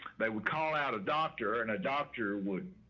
they would call out a doctor and a doctor would,